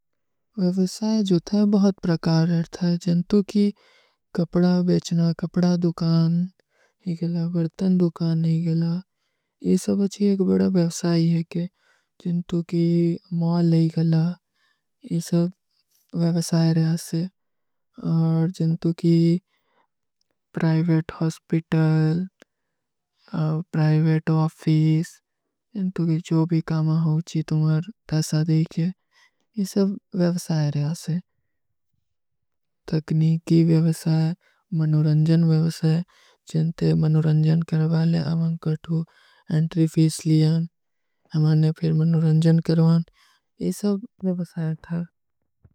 ଵେଵସାଯ ଜୋ ଥା ହୈ, ବହୁତ ପ୍ରକାର ହୈ ଥା, ଜିନ୍ଟୁ କୀ କପଡା ବେଚନା, କପଡା ଦୁକାନ ହୀ ଗଲା, ବରତନ ଦୁକାନ ହୀ ଗଲା, ଯେ ସବ ଅଚ୍ଛୀ ଏକ ବଡା ଵେଵସାଯ ହୈ କେ, ଜିନ୍ଟୁ କୀ ମଲ ହୀ ଗଲା, ଯେ ସବ ଵେଵସାଯ ରହା ସେ, ଔର ଜିନ୍ଟୁ କୀ ପ୍ରାଇଵେଟ ହସ୍ପିଟଲ, ପ୍ରାଇଵେଟ ଆଫିସ, ଜିନ୍ଟୁ କୀ ଜୋ ଭୀ କାମା ହୋ ଚୀ ତୁମ୍ହାର ଧୈସା ଦେଖେ, ଯେ ସବ ଵେଵସାଯ ରହା ସେ, ତକନୀକୀ ଵେଵସାଯ, ମନୁରଂଜନ ଵେଵସାଯ, ଜିନ୍ଟେ ମନୁରଂଜନ କରଵାଲେ, ଆଵାଂକର୍ଟୂ, ଏଂଟ୍ରୀ ଫୀସ ଲିଯାନ, ମନୁରଂଜନ କରଵାଲେ, ଯେ ସବ ଵେଵସାଯ ଥା।